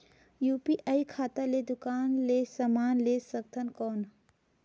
UPI खाता ले दुकान ले समान ले सकथन कौन?